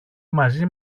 μαζί